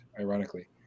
ironically